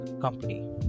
company